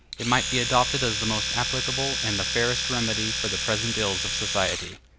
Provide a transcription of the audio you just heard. it might be adopted as the most applicable and the fairest remedy for the present ills of society.